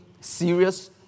serious